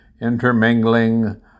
intermingling